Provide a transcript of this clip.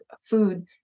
food